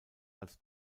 als